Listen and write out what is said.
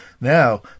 now